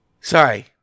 Sorry